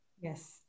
Yes